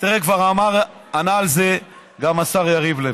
כבר ענה על זה גם השר יריב לוין.